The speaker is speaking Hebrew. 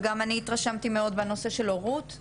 גם אני התרשמתי מאוד בנושא של הורות,